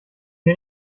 der